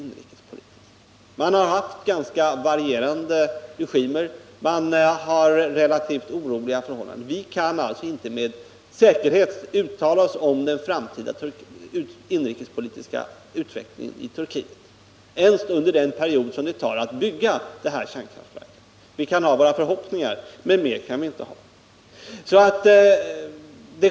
Landet har haft ganska varierande regimer. Man har relativt oroliga förhållanden. Vi kan alltså inte med säkerhet uttala oss om den framtida inrikespolitiska utvecklingen i Turkiet ens under den period då man skall bygga ifrågavarande kärnkraftverk. Vi kan ha våra förhoppningar, men inte mer.